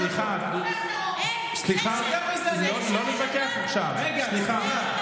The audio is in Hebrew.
סליחה, לא להתווכח עכשיו, סליחה.